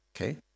Okay